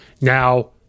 Now